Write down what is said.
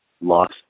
lost